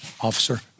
officer